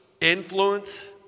influence